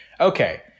Okay